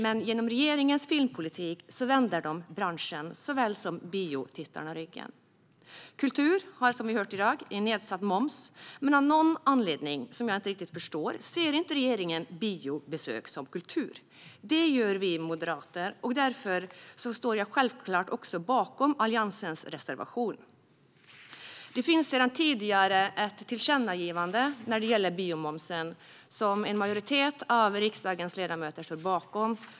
Men genom sin filmpolitik vänder regeringen branschen såväl som biotittarna ryggen. Kultur har, som vi har hört i dag, en nedsatt moms, men av någon anledning som jag inte riktigt förstår ser inte regeringen biobesök som kultur. Det gör vi moderater. Därför står jag självklart också bakom Alliansens reservation. Det finns sedan tidigare ett tillkännagivande när det gäller biomomsen som en majoritet av riksdagens ledamöter står bakom.